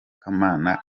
kamana